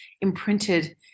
imprinted